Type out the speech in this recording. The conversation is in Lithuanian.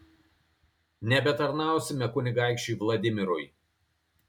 nebetarnausime kunigaikščiui vladimirui